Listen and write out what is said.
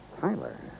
Tyler